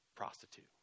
prostitute